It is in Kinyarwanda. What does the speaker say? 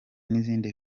n’izindi